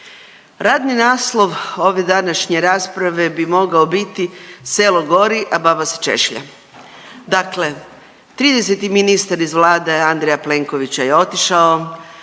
Radni naslov ove današnje rasprave bi mogao biti „Selo gori, a baba se češlja“. Dakle 30. ministar iz vlade Andreja Plenkovića je otišao,